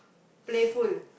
playful